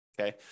okay